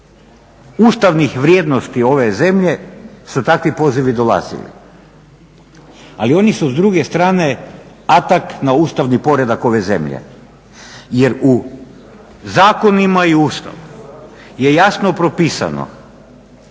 ustavnih vrijednosti ove zemlje su takvi pozivi dolazili. Ali oni su s druge strane attack na ustavni poredak ove zemlje. Jer u zakonima i u Ustavu je jasno propisano,